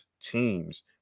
teams